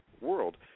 world